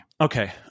Okay